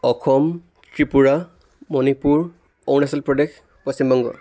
Assam Tripura Manipur Arunachal Pradesh Paschimbanga